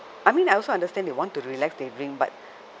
I mean I also understand they want to relax they drink but